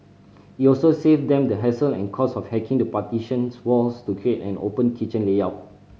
it also save them the hassle and cost of hacking the partitions walls to create an open kitchen layout